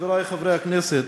חברי חברי הכנסת,